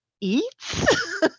eats